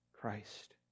Christ